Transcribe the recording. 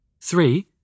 Three